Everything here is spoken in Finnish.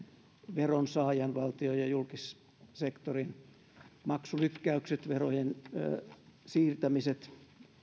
veronsaajan valtion ja julkissektorin maksulykkäykset verojen siirtämiset